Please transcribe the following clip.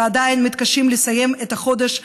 ועדיין מתקשים לסיים את החודש,